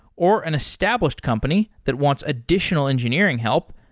or an established company that wants additional engineering help,